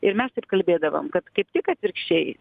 ir mes taip kalbėdavom kad kaip tik atvirkščiai